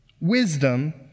Wisdom